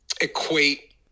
equate